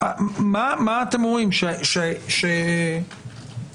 אתם אומרים טוב,